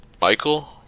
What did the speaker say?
Michael